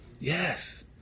Yes